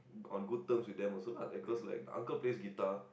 on good term with them also lah because like uncle play guitar